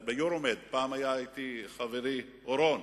ב"יורומד", פעם היה אתי חברי אורון.